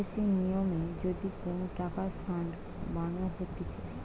বিদেশি নিয়মে যদি কোন টাকার ফান্ড বানানো হতিছে